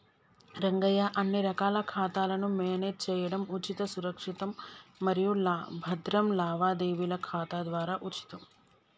రంగయ్య అన్ని రకాల ఖాతాలను మేనేజ్ చేయడం ఉచితం సురక్షితం మరియు భద్రం లావాదేవీల ఖాతా ద్వారా ఉచితం